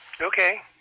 Okay